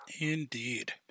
Indeed